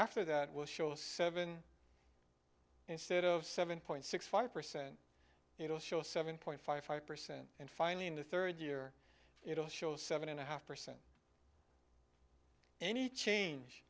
after that will show seven instead of seven point six five percent it will show seven point five five percent and finally in the third year it will show seven and a half percent any change